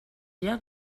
lloc